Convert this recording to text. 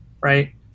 right